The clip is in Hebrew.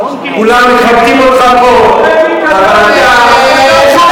כולם מכבדים אותך פה, אבל אתה,